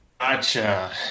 Gotcha